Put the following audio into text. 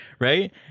right